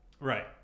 Right